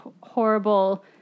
horrible